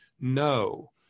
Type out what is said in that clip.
No